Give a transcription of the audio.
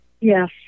Yes